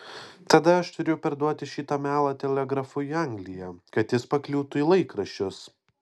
tada aš turiu perduoti šitą melą telegrafu į angliją kad jis pakliūtų į laikraščius